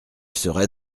serait